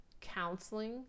counseling